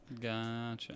gotcha